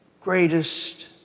greatest